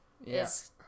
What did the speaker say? Yes